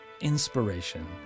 inspiration